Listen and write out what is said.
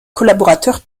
collaborateurs